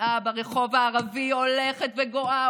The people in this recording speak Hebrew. והפשיעה ברחוב הערבי הולכת וגואה,